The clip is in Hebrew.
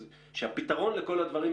שהפתרון לכל הדברים,